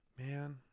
Man